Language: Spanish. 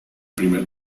primer